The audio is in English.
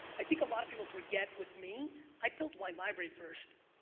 i think a lot of people forget with me i built my library first.